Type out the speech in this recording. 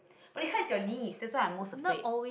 but it hurts your knee that's what I'm most afraid